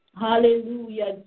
Hallelujah